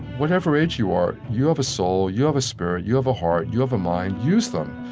whatever age you are, you have a soul, you have a spirit, you have a heart, you have a mind use them.